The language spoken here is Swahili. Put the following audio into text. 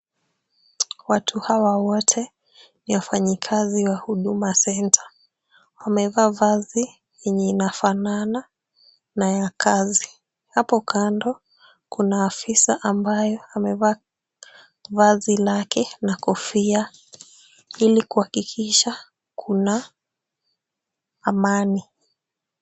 Watu hawa wote ni wafanyikazi wa huduma center. Wamevaa vazi yenye inafanana na ya kazi. Hapo kando kuna afisa ambayo amevaa vazi lake na kofia, ili kuhakikisha kuna amani.